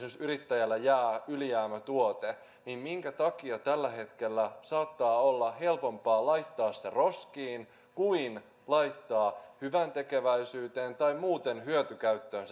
jos esimerkiksi yrittäjällä jää ylijäämätuote niin minkä takia tällä hetkellä saattaa olla helpompaa laittaa se roskiin kuin laittaa se sama tuote hyväntekeväisyyteen tai muuten hyötykäyttöön